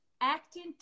acting